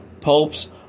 Popes